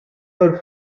her